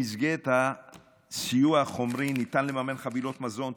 במסגרת הסיוע החומרי ניתן לממן חבילות מזון,